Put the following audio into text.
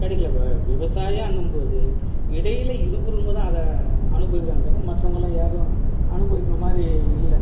கிடைக்கல விவசாயன்னும்போது இடையில் இருக்கிறவங்க தான் அதை அனுபவிக்கிறாங்களே தவிர மற்றவங்கள்லாம் யாரும் அனுபவிக்கிற மாதிரி இல்லை